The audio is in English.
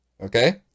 Okay